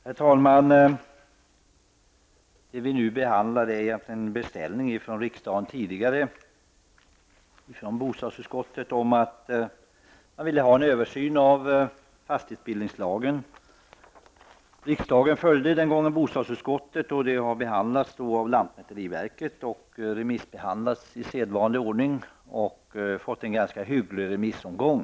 Herr talman! Det betänkande vi nu behandlar är egentligen en tidigare beställning från bostadsutskottet om en översyn av fastighetsbildningslagen. Riksdagen följde den gången bostadsutskottet, och frågan har behandlats av lantmäteriverket, remissbehandlats i sedvanlig ordning och fått en ganska hygglig remissomgång.